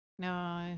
No